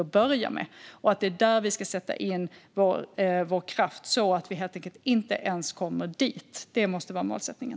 Det är här vi ska sätta in vår kraft så att det aldrig ens kommer dithän.